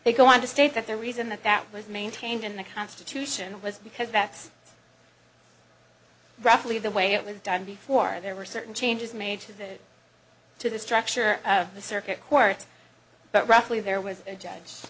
they go on to state that the reason that that was maintained in the constitution was because that's roughly the way it was done before there were certain changes made to that to the structure of the circuit court but roughly there was a judge